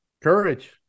Courage